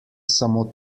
samo